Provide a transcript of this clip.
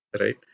right